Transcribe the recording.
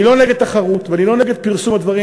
אני לא נגד תחרות ואני לא נגד פרסום הדברים,